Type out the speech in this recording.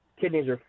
kidneys